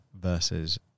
versus